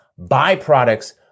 byproducts